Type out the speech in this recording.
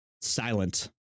Silent